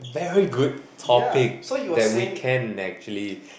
very good topic that we can actually